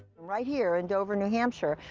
right here, and over new hampshire,